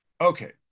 Okay